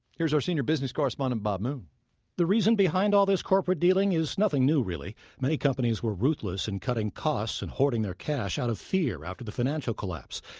here's our senior business correspondent bob moon the reason behind all this corporate dealing is nothing new, really. many companies were ruthless in cutting costs and hoarding their cash out of fear after the financial collapse.